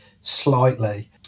slightly